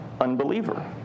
unbeliever